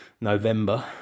november